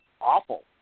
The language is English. awful